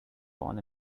born